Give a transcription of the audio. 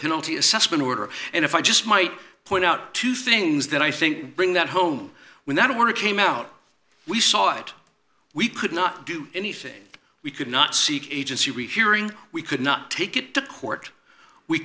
penalty assessment order and if i just might point out two things that i think bring that home when i want to came out we saw it we could not do anything we could not seek agency rehearing we could not take it to court we